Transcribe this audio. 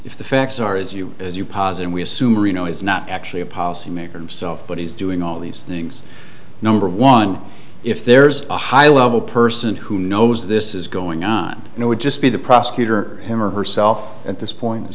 if the facts are as you as you posit and we assume reno is not actually a policy maker himself but he's doing all these things number one if there's a high level person who knows this is going on and it would just be the prosecutor him or herself at this point